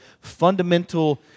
fundamental